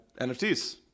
NFTs